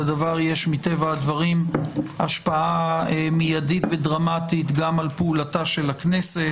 לדבר מטבע הדברים יש השפעה מיידית ודרמטית גם על פעולתה של הכנסת.